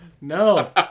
No